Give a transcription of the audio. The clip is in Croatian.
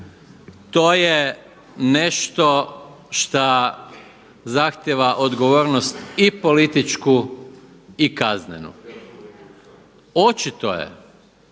To je nešto šta zahtijeva odgovornost i političku i kaznenu. Očito je,